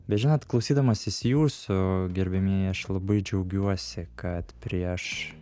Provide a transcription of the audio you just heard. bet žinot klausydamasis jūsų gerbiamieji aš labai džiaugiuosi kad prieš